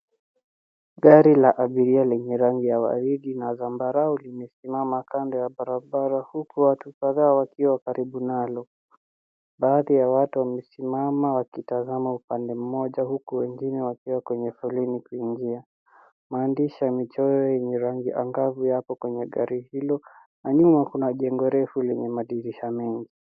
Gari la abiria lenye rangi ya waridi na zambarawe limesimama kando ya barabara huku watu kadhaa wakiwa karibu nalo. Baadhi ya watu wamesimama wakitazama upande mmoja huku wengine wakiwa kwenye foleni kuingia. Maandishi ya michoro yenye rangi angavu yako kwenye gari hilo na nyuma kuna jengo refu lenye madirisha mengi.